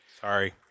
Sorry